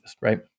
right